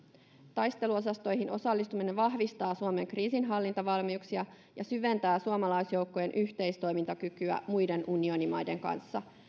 taisteluosastoihin osallistuminen vahvistaa suomen kriisinhallintavalmiuksia ja syventää suomalaisjoukkojen yhteistoimintakykyä muiden unionimaiden kanssa